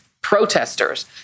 protesters